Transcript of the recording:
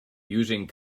using